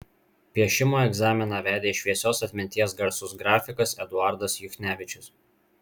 piešimo egzaminą vedė šviesios atminties garsus grafikas eduardas juchnevičius